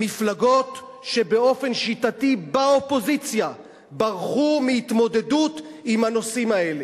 עם מפלגות שבאופן שיטתי ברחו מהתמודדות עם הנושאים האלה.